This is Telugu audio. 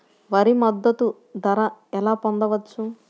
వరి మద్దతు ధర ఎలా పొందవచ్చు?